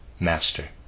master